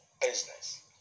business